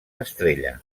estrella